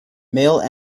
male